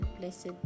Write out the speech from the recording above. blessed